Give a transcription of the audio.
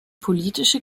politische